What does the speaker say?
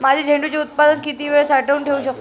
माझे झेंडूचे उत्पादन किती वेळ साठवून ठेवू शकतो?